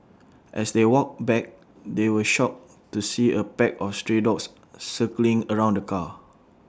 as they walked back they were shocked to see A pack of stray dogs circling around the car